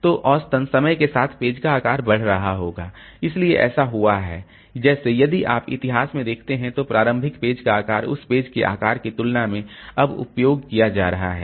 तो औसतन समय के साथ पेज का आकार बढ़ रहा होगा इसलिए ऐसा हुआ है जैसे यदि आप इतिहास में देखते हैं तो प्रारंभिक पेज का आकार उस पेज के आकार की तुलना में अब उपयोग किया जा रहा है